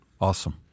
Awesome